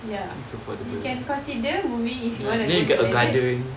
ya you can consider moving if you wanna go get a landed